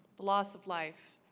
the loss of life